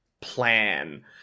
plan